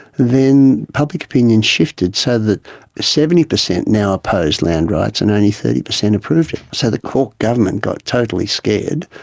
then public opinion shifted so that seventy percent now opposed land rights and only thirty percent approved it. so the court government got totally scared,